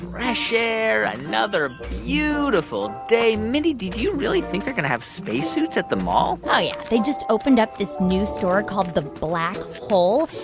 fresh air, another yeah beautiful day. mindy, did you really think they're going to have spacesuits at the mall? oh, yeah. they just opened up this new store called the black hole.